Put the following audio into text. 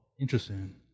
interesting